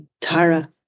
Tara